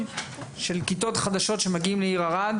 של כיתות חדשות שמגיעים לעיר ערד,